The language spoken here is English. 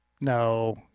no